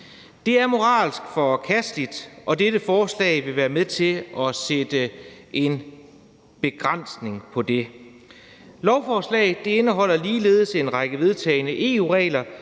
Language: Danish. Det er moralsk forkasteligt, og dette forslag vil være med til at sætte en begrænsning for det. Lovforslaget indeholder ligeledes en række vedtagne EU-regler,